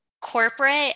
corporate